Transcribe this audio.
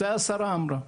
את זה השרה אמרה.